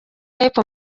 y’epfo